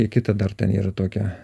i kita dar ten yra tokia